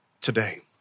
today